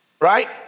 Right